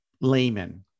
layman